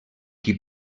qui